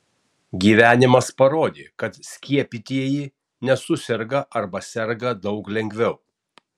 gyvenimas parodė kad skiepytieji nesuserga arba serga daug lengviau